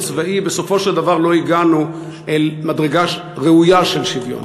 צבאי בסופו של דבר לא הגענו אל מדרגה ראויה של שוויון,